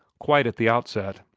quite at the outset.